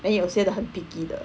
then 有些人很 picky 的